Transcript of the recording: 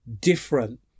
different